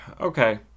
Okay